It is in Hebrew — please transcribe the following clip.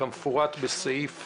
כמפורט בסעיף